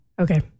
Okay